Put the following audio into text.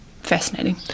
fascinating